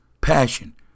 Passion